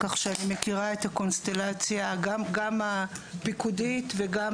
כך שאני מכירה את הקונסטלציה גם הפיקודית וגם